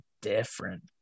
different